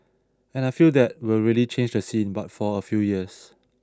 and I feel that will really change the scene but for a few years